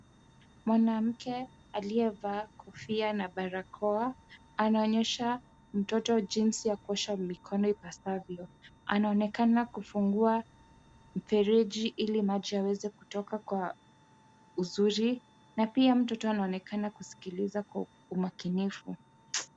Mwanamke aliyevaa kofia na barakoa anaonyesha mtoto jinsi ya kuosha mikono ipasavyo. Anaonekana kufungua mfereji ili maji yaweze kutoka kwa uzuri na pia mtoto anaonekana kusikiliza kwa umakinifu.